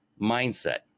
mindset